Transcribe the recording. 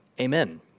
Amen